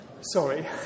Sorry